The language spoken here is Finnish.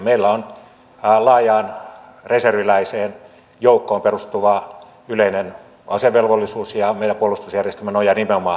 meillä on laajaan reserviläisten joukkoon perustuva yleinen asevelvollisuus ja meidän puolustusjärjestelmämme nojaa nimenomaan kestävään reserviin